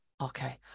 okay